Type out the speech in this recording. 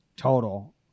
total